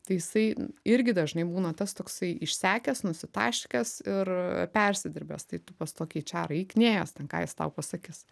tai jisai irgi dažnai būna tas toksai išsekęs nusitaškęs ir persidirbęs tai tu pas toki eičerą eik nėjęs ten ką jis tau pasakys